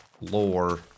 lore